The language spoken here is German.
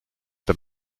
bei